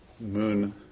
Moon